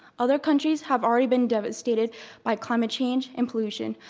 other countries have already been devastated by climate change and pollution,